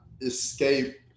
escape